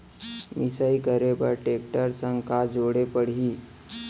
मिसाई करे बर टेकटर संग का जोड़े पड़ही?